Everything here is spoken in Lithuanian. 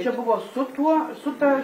čia buvo su tuo su ta